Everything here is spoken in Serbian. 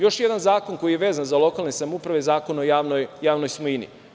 Još jedan zakon koji je vezan za lokalne samouprave je Zakon o javnoj svojini.